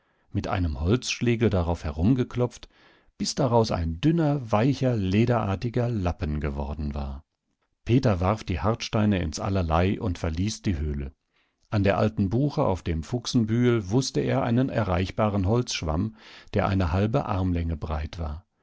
mit einem holzschlegel darauf herumgeklopft bis daraus ein dünner weicher lederartiger lappen geworden war peter warf die hartsteine ins allerlei und verließ die höhle an der alten buche auf dem fuchsenbühel wußte er einen erreichbaren holzschwamm der eine halbe armlänge breit war